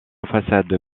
façade